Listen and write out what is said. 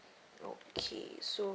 okay so